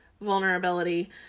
vulnerability